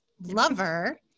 lover